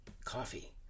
coffee